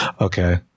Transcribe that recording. Okay